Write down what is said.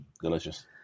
Delicious